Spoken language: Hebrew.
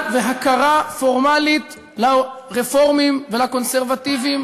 והכרה פורמלית לרפורמים ולקונסרבטיבים,